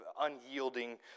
unyielding